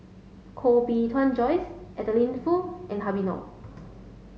Koh Bee Tuan Joyce Adeline Foo and Habib Noh